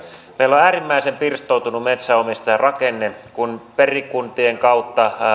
meillä on äärimmäisen pirstoutunut metsänomistajarakenne kun perikuntien kautta